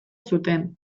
zuten